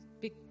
big